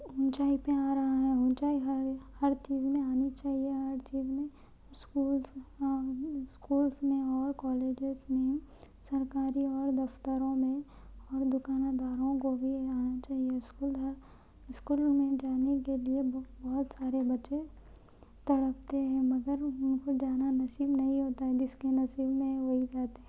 اونچائی پہ آ رہا ہے اونچائی ہر ہر چیز میں آنی چاہیے ہر چیز میں اسکول اسکولس میں اور کالجیز میں سرکاری اور دفتروں میں اور دکانداروں کو بھی آنا چاہیے اسکولوں میں جانے کے لئے بہت سارے بچے تڑپتے ہیں مگر ان کو جانا نصیب نہیں ہوتا جس کے نصیب میں ہے وہی جاتے ہیں